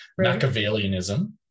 Machiavellianism